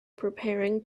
preparing